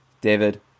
David